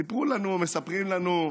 סיפרו לנו ומספרים לנו,